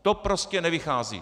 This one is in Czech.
To prostě nevychází.